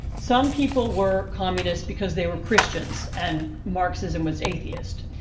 some people were communists because they were christians and marxism was atheist.